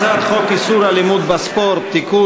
הצעת חוק איסור אלימות בספורט (תיקון,